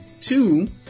two